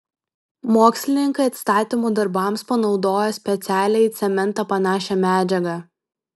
mokslininkai atstatymo darbams panaudojo specialią į cementą panašią medžiagą